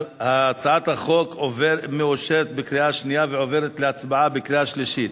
הצעת החוק מאושרת בקריאה שנייה ועוברת להצבעה בקריאה שלישית.